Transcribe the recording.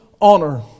honor